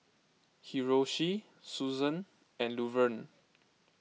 Hiroshi Susann and Luverne